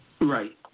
Right